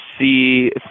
see